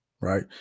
right